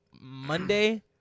Monday